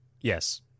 Yes